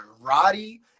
roddy